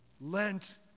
Lent